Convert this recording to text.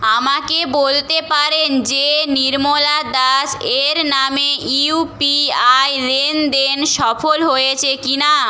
আমাকে বলতে পারেন যে নির্মলা দাস এর নামে ইউপিআই লেনদেন সফল হয়েছে কি না